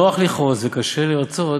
נוח לכעוס וקשה לרצות,